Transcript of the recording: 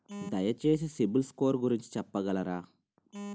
దయచేసి సిబిల్ స్కోర్ గురించి చెప్పగలరా?